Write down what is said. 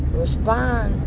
respond